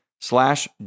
slash